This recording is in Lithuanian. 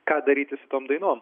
ką daryti su tom dainom